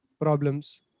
problems